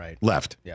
left